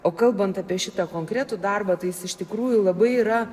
o kalbant apie šitą konkretų darbą tai jis iš tikrųjų labai yra